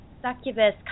succubus